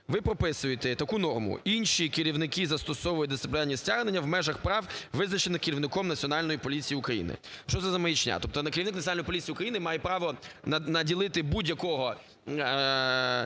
Ви прописуєте таку норму: "інші керівники застосовують дисциплінарні стягнення в межах прав, визначених керівником Національної поліції України". Що це за маячня! Тобто керівник Національної поліції України має право наділити керівника